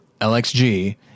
LXG